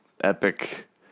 epic